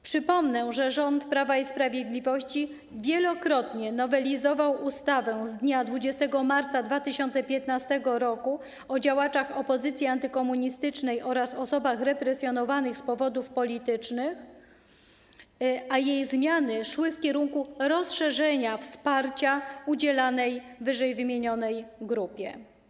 Przypomnę, że rząd Prawa i Sprawiedliwości wielokrotnie nowelizował ustawę z dnia 20 marca 2015 r. o działaczach opozycji antykomunistycznej oraz osobach represjonowanych z powodów politycznych, a jej zmiany szły w kierunku rozszerzenia wsparcia udzielanego ww. grupie.